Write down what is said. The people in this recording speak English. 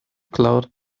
cloud